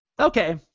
Okay